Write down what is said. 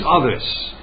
others